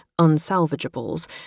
unsalvageables